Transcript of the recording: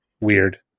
weird